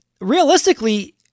realistically